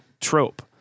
trope